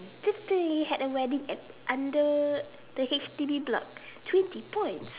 you had a wedding at under the H_D_B block twenty points